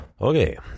Okay